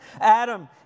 Adam